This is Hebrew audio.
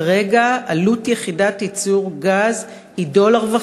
כרגע עלות יחידת ייצור גז היא 1.5 דולר,